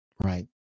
right